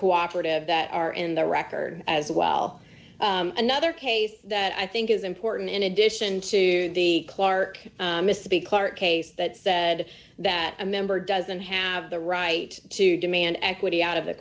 cooperative that are in the record as well another case that i think is important in addition to the clark mississippi clark case that said that a member doesn't have the right to demand equity out of the